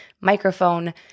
microphone